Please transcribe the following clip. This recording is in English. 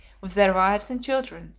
with their wives and children,